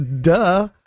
duh